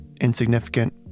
insignificant